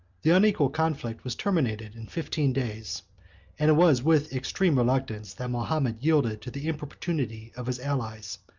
the unequal conflict was terminated in fifteen days and it was with extreme reluctance that mahomet yielded to the importunity of his allies,